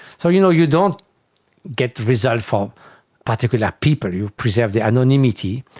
so you know you don't get the result for particular people, you preserve their anonymity,